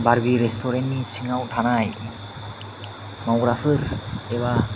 बारबि रेस्टुरेन्टनि सिङाव थानाय मावग्राफोर एबा